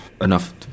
enough